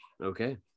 Okay